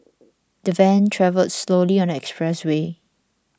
the van travelled slowly on the expressway